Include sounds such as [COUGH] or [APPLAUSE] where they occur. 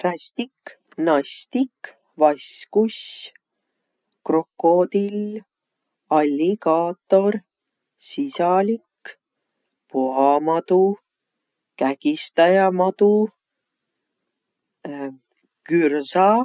Rästik, nastik, vaskuss, krokodill, alligaator, sisalik, boamadu, kägistajamadu, [HESITATION] gürsa.